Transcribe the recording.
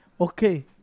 Okay